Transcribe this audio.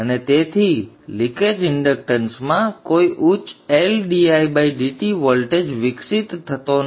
અને તેથી લીકેજ ઇંડક્ટન્સમાં કોઈ ઉચ્ચ વોલ્ટેજ વિકસિત થતો નથી